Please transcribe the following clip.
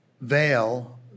veil